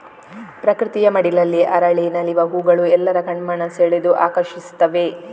ಪ್ರಕೃತಿಯ ಮಡಿಲಲ್ಲಿ ಅರಳಿ ನಲಿವ ಹೂಗಳು ಎಲ್ಲರ ಕಣ್ಮನ ಸೆಳೆದು ಆಕರ್ಷಿಸ್ತವೆ